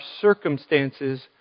circumstances